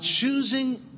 choosing